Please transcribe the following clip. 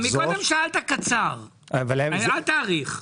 אבל מקודם שאלת קצר, אל תאריך.